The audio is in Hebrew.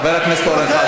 חבר הכנסת אורן חזן.